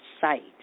site